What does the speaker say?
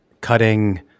cutting